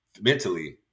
mentally